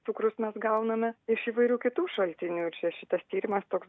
cukrus mes gauname iš įvairių kitų šaltinių čia šitas tyrimas toks